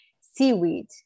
seaweed